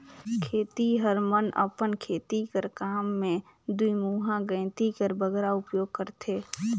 खेतिहर मन अपन खेती कर काम मे दुईमुहा गइती कर बगरा उपियोग करथे